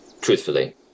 truthfully